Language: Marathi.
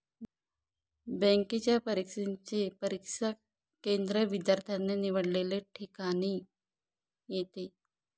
बँकेच्या परीक्षेचे परीक्षा केंद्र विद्यार्थ्याने निवडलेल्या ठिकाणी येते